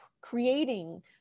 creating